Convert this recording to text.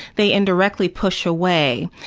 they indirectly push away,